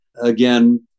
Again